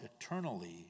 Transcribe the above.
eternally